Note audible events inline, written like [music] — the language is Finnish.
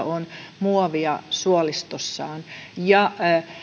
[unintelligible] on muovia suolistossaan ja